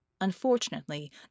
Unfortunately